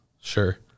sure